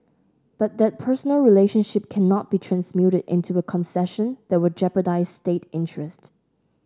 but that personal relationship cannot be transmuted into a concession that will jeopardise state interest